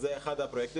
אז זה אחד הפרויקטים.